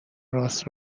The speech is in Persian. راست